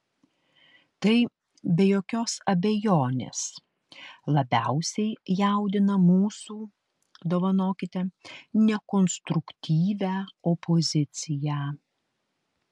tai be jokios abejonės labiausiai jaudina mūsų dovanokite nekonstruktyvią opoziciją